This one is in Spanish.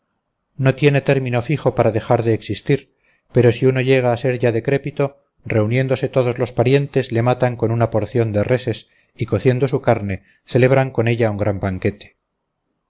no tiene término fijo para dejar de existir pero si uno llega a ser ya decrépito reuniéndose todos los parientes le matan con una porción de reses y cociendo su carne celebran con ella un gran banquete